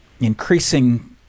increasing